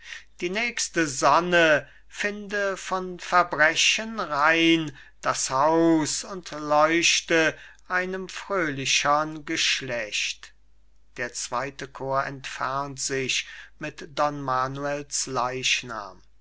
die nächste sonne finde von verbrechen rein das haus und leuchte einem fröhlichen geschlecht der zweite chor entfernt sich mit don manuels